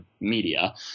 media